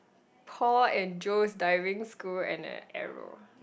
Paul and Joe's Diving School and an arrow